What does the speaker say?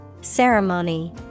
Ceremony